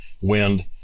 wind